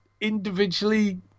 individually